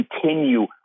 continue